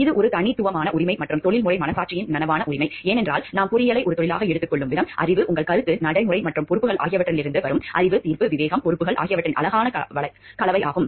இது ஒரு தனித்துவமான உரிமை மற்றும் தொழில்முறை மனசாட்சியின் நனவான உரிமை ஏனென்றால் நாம் பொறியியலை ஒரு தொழிலாக எடுத்துக் கொள்ளும் விதம் அறிவு உங்கள் கருத்து நடைமுறை மற்றும் பொறுப்புகள் ஆகியவற்றிலிருந்து வரும் அறிவு தீர்ப்பு விவேகம் பொறுப்புகள் ஆகியவற்றின் அழகான கலவையாகும்